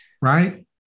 Right